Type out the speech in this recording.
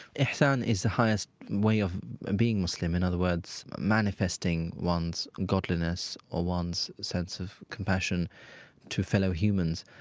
ihsan is the highest way of being muslim. in other words, manifesting one's godliness or one's sense of compassion to fellow humans.